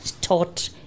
taught